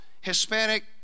Hispanic